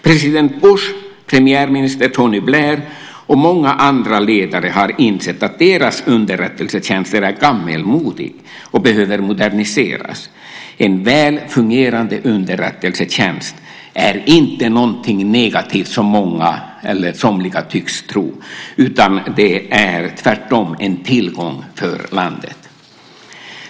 President Bush, premiärminister Tony Blair och många andra ledare har insett att deras underrättelsetjänster är gammalmodiga och behöver moderniseras. En väl fungerande underrättelsetjänst är inte någonting negativt som somliga tycks tro. Det är tvärtom en tillgång för landet.